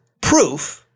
proof